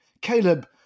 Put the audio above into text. Caleb